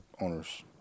owners